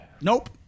Nope